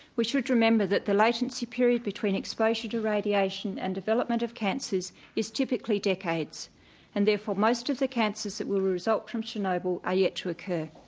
we should remember that the latency period between exposure to radiation and development of cancers is typically decades and therefore most of the cancers that will result from chernobyl are yet to occur.